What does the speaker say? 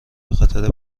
خاطر